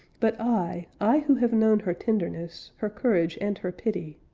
but i, i who have known her tenderness, her courage, and her pity,